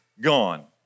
gone